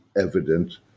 evident